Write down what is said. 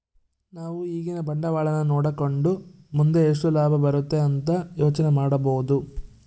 ನಾವು ಈಗಿನ ಬಂಡವಾಳನ ನೋಡಕಂಡು ಮುಂದೆ ಎಷ್ಟು ಲಾಭ ಬರುತೆ ಅಂತ ಯೋಚನೆ ಮಾಡಬೋದು